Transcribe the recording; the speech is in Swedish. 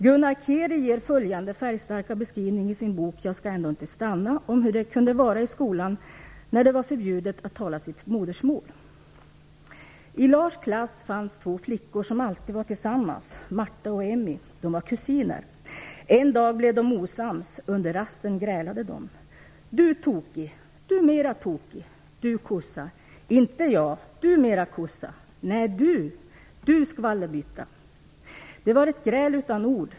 Gunnar Kieri ger följande färgstarka beskrivning i sin bok "Jag ska ändå inte stanna" av hur det kunde vara i skolan när det var förbjudet att tala sitt modersmål: "I Lars klass fanns två flickor som alltid var tillsammans. Marta och Emmy. De var kusiner. En dag blev de osams. Under rasten grälade de. - Du tokig. - Du mera tokig. - Du kossa. - Inte jag. Du mera kossa. - Nä du. - Du skvallerbytta. Det var ett gräl utan ord.